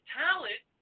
talent